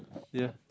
ya